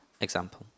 example